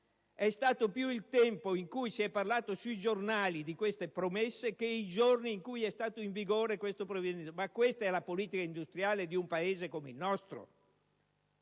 è stato più il tempo in cui si è parlato sui giornali di queste promesse che i giorni in cui è stato in vigore il provvedimento. È questa la politica industriale di un Paese come il nostro?